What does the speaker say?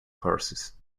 horses